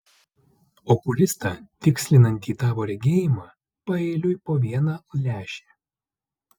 okulistą tikslinantį tavo regėjimą paeiliui po vieną lęšį